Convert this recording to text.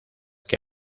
que